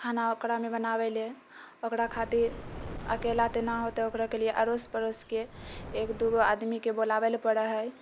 खाना ओकरामे बनाबै ले ओकरा खातिर अकेला तऽ ना होतै ओकराके लिये अड़ोस पड़ोसके एक दू गो आदमीके बोलाबऽ लऽ पड़ै हय